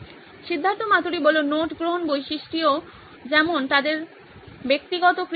Siddharth Maturi note গ্রহণ বৈশিষ্ট্যটিও যেমন তাদের ব্যক্তিগতকৃত নোট